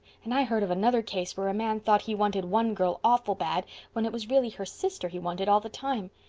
and i heard of another case where a man thought he wanted one girl awful bad when it was really her sister he wanted all the time.